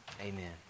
Amen